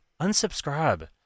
unsubscribe